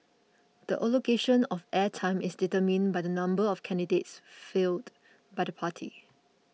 the allocation of air time is determined by the number of candidates fielded by the party